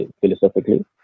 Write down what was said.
philosophically